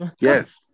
Yes